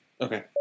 Okay